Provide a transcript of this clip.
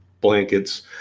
blankets